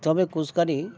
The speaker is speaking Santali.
ᱛᱚᱵᱮ ᱠᱷᱩᱥ ᱠᱟᱹᱨᱤ